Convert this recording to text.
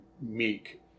meek